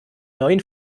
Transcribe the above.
neuen